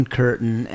curtain